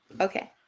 Okay